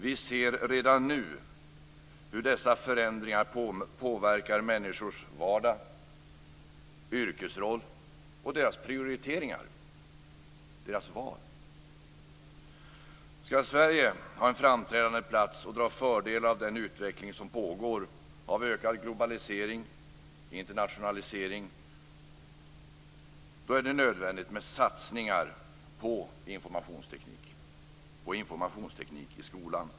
Vi ser redan nu hur dessa förändringar påverkar människors vardag, yrkesroll, prioriteringar och val. Skall Sverige ha en framträdande plats och dra fördel av den utveckling som pågår av ökad globalisering och internationalisering är det nödvändigt med satsningar på informationsteknik i skolan.